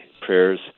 prayers